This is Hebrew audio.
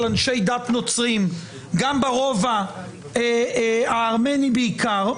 אנשי דת נוצריים ברובע הארמני בעיקר,